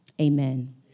Amen